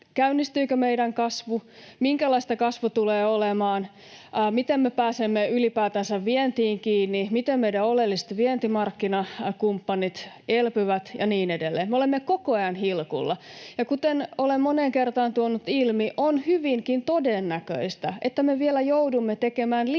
käynnistyykö meidän kasvu, minkälaista kasvu tulee olemaan, miten me pääsemme ylipäätänsä vientiin kiinni, miten meidän oleelliset vientimarkkinakumppanit elpyvät ja niin edelleen. Me olemme koko ajan hilkulla. Ja kuten olen moneen kertaan tuonut ilmi, on hyvinkin todennäköistä, että me vielä joudumme tekemään lisääkin